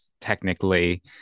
technically